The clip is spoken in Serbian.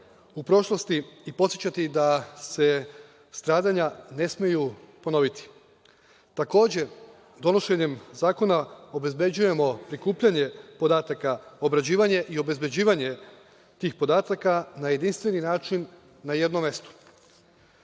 u prošlosti i podsećati da se stradanja ne smeju ponoviti. Takođe, donošenjem zakona obezbeđujemo prikupljanje podataka, obrađivanje i obezbeđivanje tih podataka na jedinstveni način na jednom mestu.